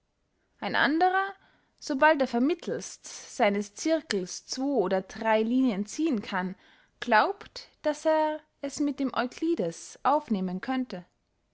ein anderer so bald er vermittelst seines zirkels zwo oder drey linien ziehen kann glaubt daß er es mit dem euklides aufnehmen könnte